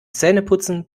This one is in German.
zähneputzen